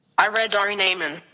i read ari ne'eman.